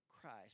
Christ